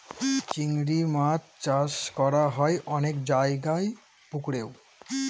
চিংড়ি মাছ চাষ করা হয় অনেক জায়গায় পুকুরেও